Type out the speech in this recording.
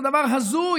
זה דבר הזוי,